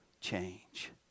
change